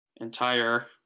entire